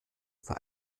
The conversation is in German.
für